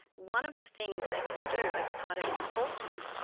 one of the things they can do as part of enforcement,